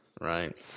right